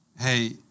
hey